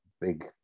big